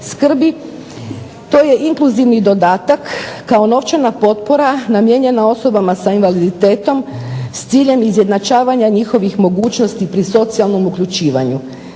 skrbi. To je inkluzivni dodatak kao novčana potpora namijenjena osobama s invaliditetom s ciljem izjednačavanja njihovih mogućnosti pri socijalnom uključivanju.